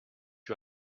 you